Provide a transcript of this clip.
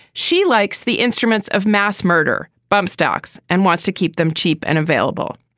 she likes the instruments of mass murder bomb stocks and wants to keep them cheap and available.